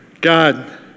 God